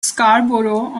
scarborough